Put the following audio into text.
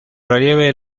relieve